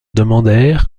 demandèrent